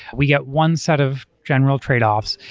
we get one set of general tradeoffs,